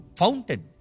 fountain